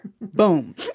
Boom